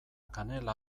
kanela